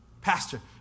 Pastor